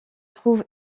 trouve